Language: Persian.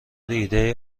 ایدهای